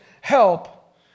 help